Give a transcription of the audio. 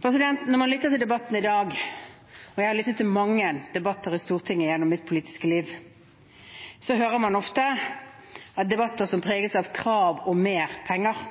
Når man lytter til debatten i dag – og jeg har lyttet til mange debatter i Stortinget gjennom mitt politiske liv – hører man ofte debatter som preges av krav om mer penger